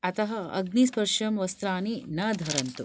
अतः अग्निस्पर्शवस्त्राणि न धरन्तु